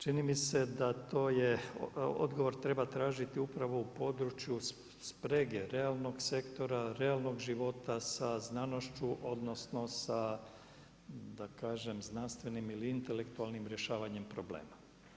Čini mi se da to je, odgovor treba tražiti upravo u području sprege realnog sektora, realnog života sa znanošću odnosno sa da kažem znanstvenim ili intelektualnim rješavanjem problema.